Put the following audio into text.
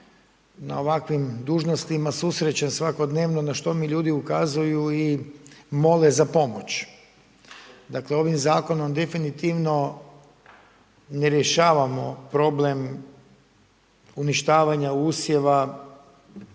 na ovakvim dužnostima susrećem svakodnevno, na što mi ljudi ukazuju i mole za pomoć. Dakle, ovim Zakonom definitivno ne rješavamo problem uništavanja usjeva